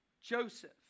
Joseph